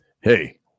Hey